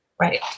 Right